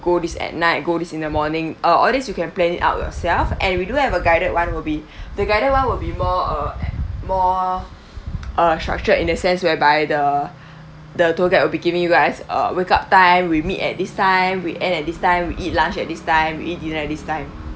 go this at night go this in the morning uh all this you can plan it out yourself and we do have a guided one will be the guided one will be more uh a~ more uh structured in the sense whereby the the tour guide will be giving you guys a wake up time we meet at this time we end at this time we eat lunch at this time we eat dinner at this time